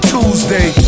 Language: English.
Tuesday